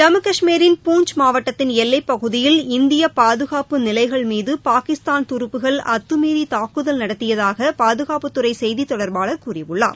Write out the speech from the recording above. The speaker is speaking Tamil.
ஜம்மு காஷ்மீரின் பூஞ்ச் மாவட்டத்தின் எல்லைப் பகுதியில் இந்திய பாதகாப்பு நிலைகள் மீது பாகிஸ்தான் துருப்புகள் அத்தமீறி தாக்குதல் நடத்தியதாக பாதுகாப்புத்துறை செய்தித் தொடர்பாளர் கூறியுள்ளார்